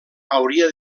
hauria